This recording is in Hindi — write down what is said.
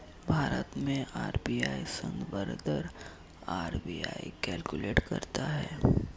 भारत में आर.बी.आई संदर्भ दर आर.बी.आई कैलकुलेट करता है